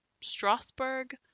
Strasbourg